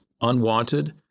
unwanted